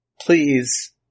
Please